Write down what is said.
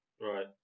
Right